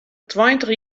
twintich